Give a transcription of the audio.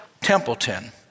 Templeton